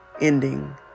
ending